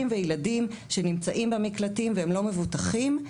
וילדים שנמצאים במקלטים והם לא מבוטחים.